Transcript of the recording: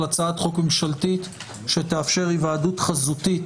על הצעת חוק ממשלתית שתאפשר היוועדות חזותית